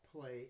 play